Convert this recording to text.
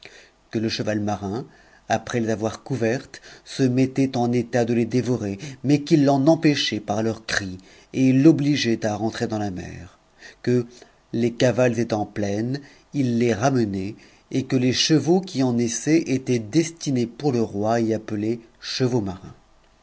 oap le cheval marin après les avoir couvertes se mettait en état de les dé vorer mais qu'ils l'en empêchaient par leurs cris et l'obligeaient à rentrcf dans la mer que les cavales étant pleines ils les remenaient et que les chevaux qui en naissaient étaient destinés pour le roi et appelés chevaux marins